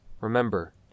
Remember